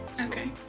Okay